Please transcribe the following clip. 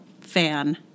fan